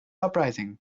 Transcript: uprising